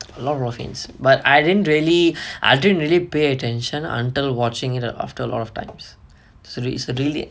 a lot of hints but I didn't really I didn't really pay attention until watching it after a lot of times so it's a really